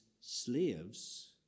slaves